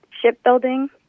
shipbuilding